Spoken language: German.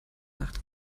nacht